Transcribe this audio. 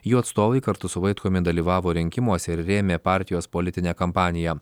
jų atstovai kartu su vaitkumi dalyvavo rinkimuose ir rėmė partijos politinę kampaniją